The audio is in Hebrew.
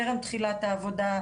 טרם תחילת העבודה,